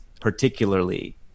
particularly